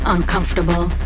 Uncomfortable